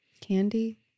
Candy